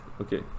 Okay